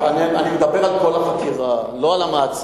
אני מדבר על כל החקירה, לא על המעצר.